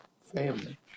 family